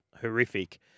horrific